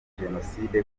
jenoside